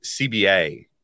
CBA